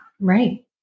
Right